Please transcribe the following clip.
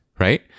right